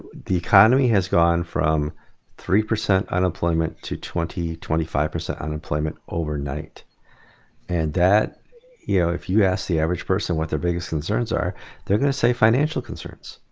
the economy has gone from three percent unemployment to twenty twenty five percent unemployment overnight and that you know if you ask the average person what their biggest concerns are they're gonna say financial concerns